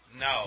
No